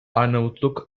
arnavutluk